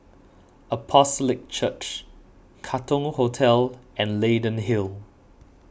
Apostolic Church Katong Hostel and Leyden Hill